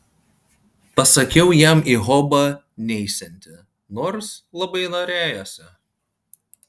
pasakiau jam į hobą neisianti nors labai norėjosi